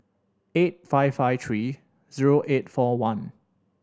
eight five five three zero eight four one